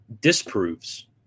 disproves